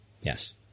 Yes